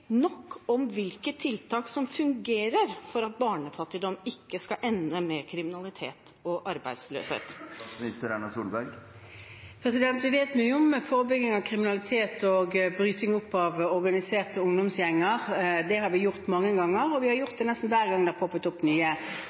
nok om hvilke tiltak som fungerer for at barnefattigdom ikke skal ende med kriminalitet og arbeidsløshet? Vi vet mye om forebygging av kriminalitet og å bryte opp organiserte ungdomsgjenger. Det har vi gjort mange ganger, og vi har gjort det nesten hver gang det har poppet opp i nye